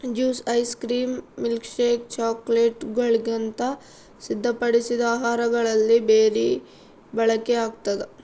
juice ice cream milkshake ಚಾಕೊಲೇಟ್ಗುಳಂತ ಸಿದ್ಧಪಡಿಸಿದ ಆಹಾರಗಳಲ್ಲಿ ಬೆರಿ ಬಳಕೆಯಾಗ್ತದ